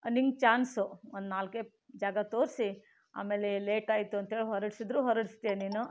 ನಿನಗೆ ಚಾನ್ಸು ಒಂದು ನಾಲ್ಕೈದು ಜಾಗ ತೋರಿಸಿ ಆಮೇಲೆ ಲೇಟಾಯಿತು ಅಂಥೇಳಿ ಹೊರಡಿಸಿದ್ರು ಹೊರಡ್ಸತೀಯ ನೀನು